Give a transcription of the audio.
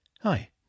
Hi